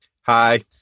Hi